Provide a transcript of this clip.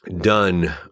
done